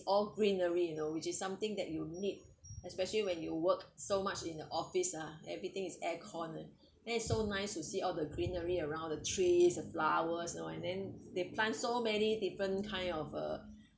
all greenery you know which is something that you will need especially when you work so much in the office ah everything is air con ah then it's so nice to see all the greenery around the trees the flowers you know and then they plant so many different kind of uh